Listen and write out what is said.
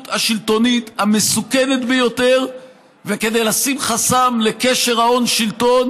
השלטונית המסוכנת ביותר וכדי לשים חסם לקשר ההון שלטון